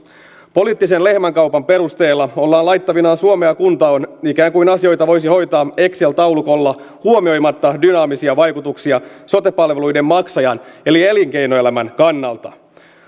poliittisen lehmänkaupan perusteella ollaan laittavinaan suomea kuntoon ikään kuin asioita voisi hoitaa excel taulukolla huomioimatta dynaamisia vaikutuksia sote palveluiden maksajan eli elinkeinoelämän kannalta